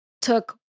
took